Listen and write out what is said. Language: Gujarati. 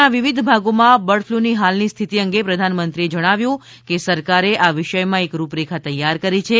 દેશના વિવિધ ભાગોમાં બર્ડફ્લુની હાલની સ્થિતિ અંગે પ્રધાનમંત્રીએ જણાવ્યું કે સરકારે આ વિષયમાં એક રૂપરેખા તૈયાર કરી છે